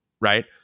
right